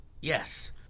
yes